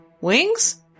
Wings